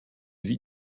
vie